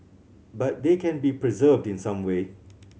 but they can be preserved in some way